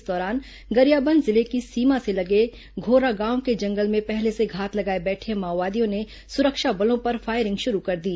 इस दौरान गरियाबंद जिले की सीमा से लगे घोरागांव के जंगल में पहले से घात लगाए बैठे माओवादियों ने सुरक्षा बलों पर फायरिंग शुरू कर दी